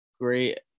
great –